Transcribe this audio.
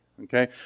okay